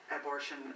abortion